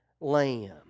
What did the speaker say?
lamb